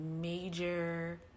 major